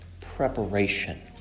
preparation